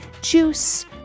juice